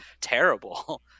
terrible